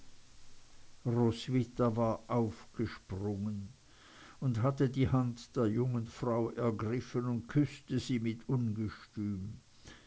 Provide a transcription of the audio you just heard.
roswitha war aufgesprungen und hatte die hand der jungen frau ergriffen und küßte sie mit ungestüm